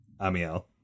Amiel